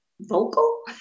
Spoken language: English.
vocal